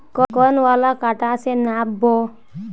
कौन वाला कटा से नाप बो?